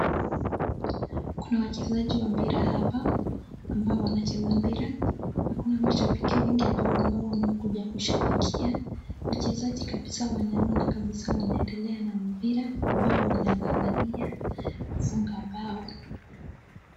Kuna wachezaji wa mpira hapa wanaocheza mpira. Kuna mashabiki wengi ambao wamekuja kushabikia, wachezaji kabisaa wanaona kabisaa wanaendelea mpira ambao wanang'ang'ania kufunga mbao.